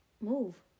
Move